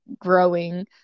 growing